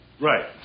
Right